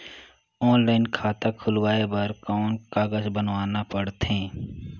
Online खाता खुलवाय बर कौन कागज बनवाना पड़थे?